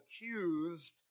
accused